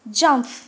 jump